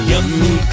Yummy